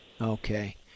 Okay